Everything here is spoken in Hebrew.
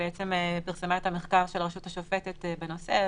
שפרסמה את המחקר של הרשות השופטת בנושא.